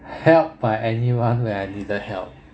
helped by anyone where I didn't help